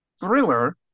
thriller